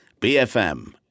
BFM